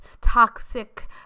toxic